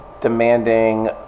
demanding